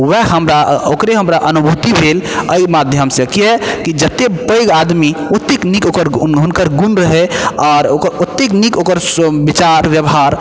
वएह हमरा ओकरे हमरा अनुभूति भेल अइ माध्यमसँ किएक कि जतेक पैघ आदमी ओतेक नीक ओकर हुनकर गुण रहय आर कते नीक ओकर सो विचार व्यवहार